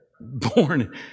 Born